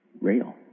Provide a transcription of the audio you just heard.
real